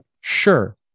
sure